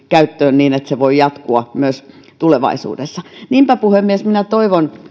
käyttöön niin että se voi jatkua myös tulevaisuudessa niinpä puhemies minä toivon